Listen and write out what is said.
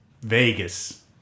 vegas